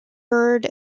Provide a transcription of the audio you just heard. bird